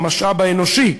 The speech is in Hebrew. המשאב האנושי.